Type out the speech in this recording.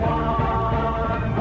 one